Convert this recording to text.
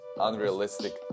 unrealistic